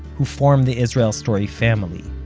who form the israel story family.